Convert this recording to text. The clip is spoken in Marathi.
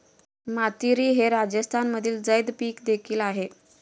मातीरी हे राजस्थानमधील झैद पीक देखील आहे